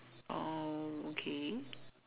oh okay